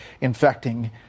infecting